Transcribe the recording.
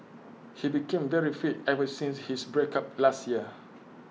he became very fit ever since his break up last year